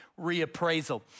reappraisal